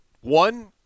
One